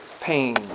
pain